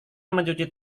mencuci